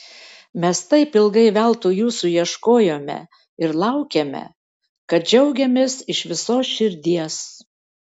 mes taip ilgai veltui jūsų ieškojome ir laukėme kad džiaugiamės iš visos širdies